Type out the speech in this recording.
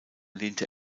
lehnte